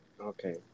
Okay